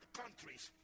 countries